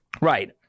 Right